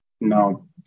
No